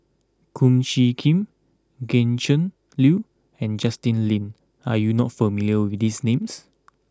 Kum Chee Kin Gretchen Liu and Justin Lean are you not familiar with these names